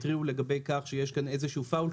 התריעו לגבי כך שיש כאן איזשהו פאוול,